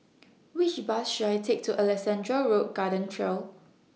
Which Bus should I Take to Alexandra Road Garden Trail